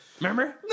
Remember